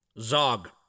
Zog